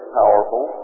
powerful